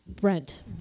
Brent